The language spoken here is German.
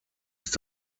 ist